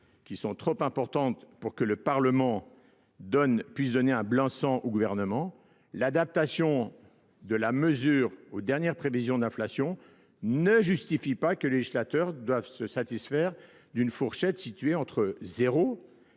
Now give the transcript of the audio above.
qui sont trop importantes pour que le Parlement puisse donner un blanc sang au gouvernement, l'adaptation de la mesure aux dernières prévisions d'inflation ne justifie pas que les législateurs doivent se satisfaire d'une fourchette située entre zéro et